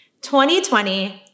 2020